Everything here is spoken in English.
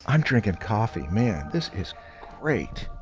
um drinking coffee. man this is great!